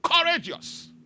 courageous